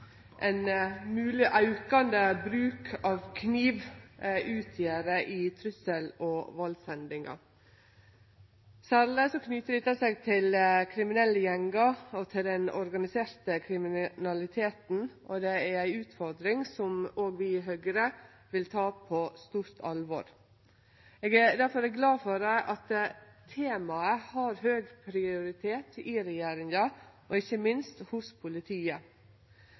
ein mogleg aukande bruk av kniv utgjer i trussel- og valdshendingar. Særleg knyter dette seg til kriminelle gjengar og den organiserte kriminaliteten, og det er ei utfordring som òg vi i Høgre tek på stort alvor. Eg er difor glad for at temaet har høg prioritet i regjeringa og ikkje minst hos politiet.